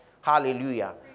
Hallelujah